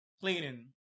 cleaning